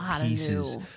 pieces